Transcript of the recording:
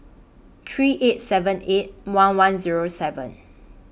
three eight seven eight one one Zero seven